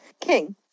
King